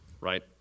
right